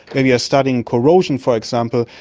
and we are studying corrosion, for example,